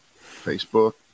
Facebook